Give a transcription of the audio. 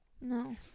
No